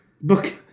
book